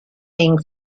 being